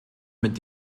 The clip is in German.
mit